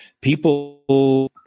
people